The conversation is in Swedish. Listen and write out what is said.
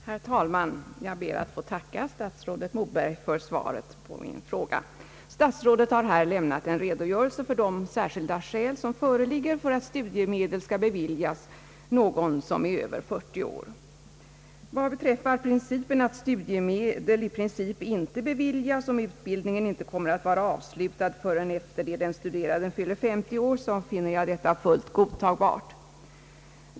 Herr talman! Jag ber att få tacka statsrådet Moberg för svaret på min fråga. Statsrådet har här lämnat en redogörelse för de särskilda skäl som föreligger för att studiemedel skall beviljas någon som är över 40 år. Vad beträffar principen att studiemedel i regel inte beviljas om utbildningen icke kommer att vara avslutad förrän efter det den studerande fyller 50 år, så finner jag detta fullt godtagbart.